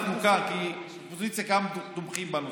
אנחנו כאן כי האופוזיציה גם תומכת בנושא.